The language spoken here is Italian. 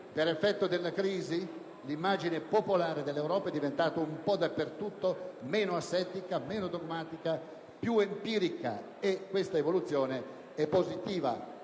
"per effetto della crisi l'immagine popolare dell'Europa è diventata un po' dappertutto meno asettica, meno dogmatica, più empirica e questa evoluzione è positiva.